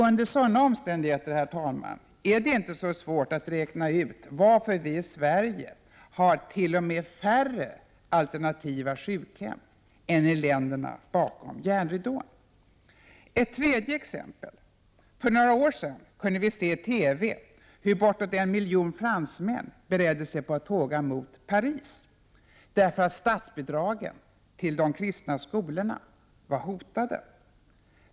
Under sådana omständigheter, herr talman, är det inte så svårt att räkna ut varför vi i Sverige har t.o.m. färre alternativa sjukhem än man har i länderna bakom järnridån. Ett tredje exempel: För några år sedan kunde vi i TV se hur bortåt en miljon fransmän beredde sig på att tåga mot Paris därför att statsbidragen till de kristna skolorna var hotade.